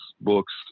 Books